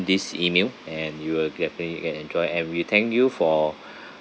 this email and you will get then you get enjoy and we thank you for